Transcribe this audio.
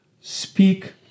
speak